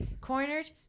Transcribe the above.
cornered